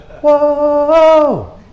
Whoa